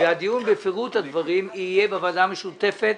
והדיון בפירוט הדברים יהיה בוועדה המשותפת